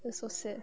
that's so sad